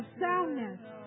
soundness